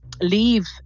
leave